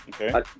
Okay